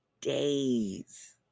days